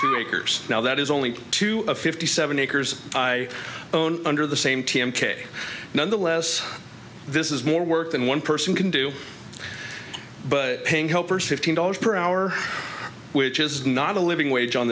degrees now that is only two of fifty seven acres i own under the same team k nonetheless this is more work than one person can do but paying helpers fifteen dollars per hour which is not a living wage on